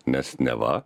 nes neva